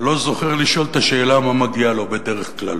לא זוכר לשאול את השאלה מה מגיע לו, בדרך כלל.